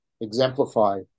exemplify